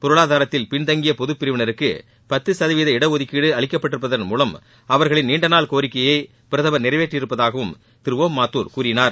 பொருளாதாரத்தில் பின்தங்கிய பொதப்பிரிவினருக்கு பத்து சதவீத இடஒதுக்கீடு அளிக்கப்பட்டிருப்பதன் மூலம் அவர்களின் நீண்டநாள் கோரிக்கையை பிரதமர் நிறைவேற்றியிருப்பதாகவும் திரு ஒம் மாத்துர் கூறினார்